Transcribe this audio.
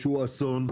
שהוא אסון.